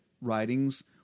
writings